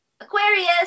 Aquarius